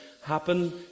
happen